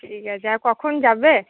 ঠিক আছে আর কখন যাবে